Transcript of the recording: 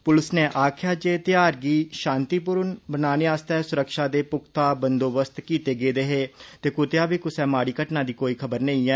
पुलस नै आक्खेआ जे ध्यार गी शांतिपूर्ण मनान आस्तै सुरक्षा दे पुख्ता बंदोबस्त कीते गेदे हे ते कुतैआ बी कुसै माड़ी घटना दी कोई खबर नेई ऐ